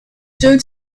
due